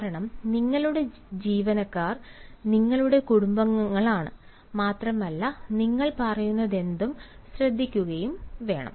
കാരണം നിങ്ങളുടെ ജീവനക്കാർ നിങ്ങളുടെ കുടുംബാംഗങ്ങളാണ് മാത്രമല്ല നിങ്ങൾ പറയുന്നതെന്തും ശ്രദ്ധിക്കുകയും വേണം